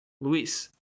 Luis